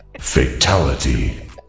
Fatality